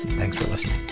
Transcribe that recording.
thanks for listening